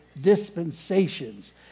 dispensations